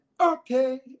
Okay